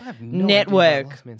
network